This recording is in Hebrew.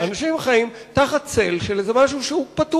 אנשים החיים תחת צל של איזה תיק פתוח.